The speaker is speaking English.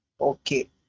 Okay